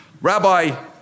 Rabbi